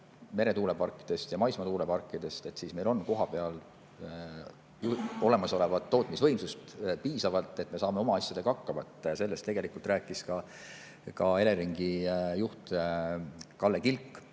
meretuuleparkidest ja maismaatuuleparkidest, siis meil on kohapeal olemasolevat tootmisvõimsust piisavalt, et me saame oma asjadega hakkama. Sellest tegelikult rääkis ka Eleringi juht Kalle Kilk.